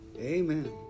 Amen